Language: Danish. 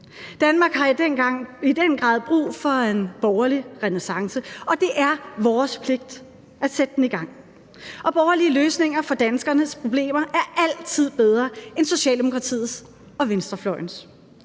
Danmark har i den grad brug for en borgerlig renæssance, og det er vores pligt at sætte den i gang. Og borgerlige løsninger på danskernes problemer er altid bedre end Socialdemokratiets og venstrefløjens.